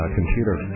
computer